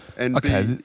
Okay